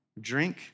drink